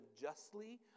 justly